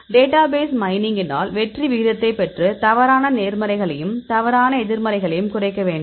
database மைனிங்கினாள் வெற்றி விகிதத்தைப் பெற்று தவறான நேர்மறைகளையும் தவறான எதிர்மறைகளையும் குறைக்க வேண்டும்